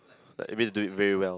like always do it very well